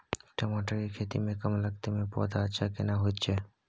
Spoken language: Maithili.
टमाटर के खेती में कम लागत में पौधा अच्छा केना होयत छै?